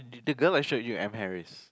the girl I showed you with M-harris